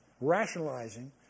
rationalizing